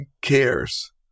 cares